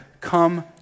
come